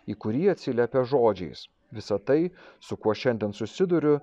į kurį atsiliepia žodžiais visa tai su kuo šiandien susiduriu